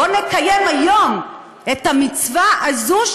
בוא נקיים היום את המצווה הזו,